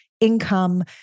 income